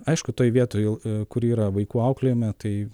aišku toj vietoj kur yra vaikų auklėjime tai